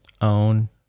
own